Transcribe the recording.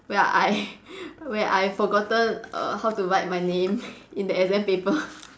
where I where I forgotten err how to write my name in the exam paper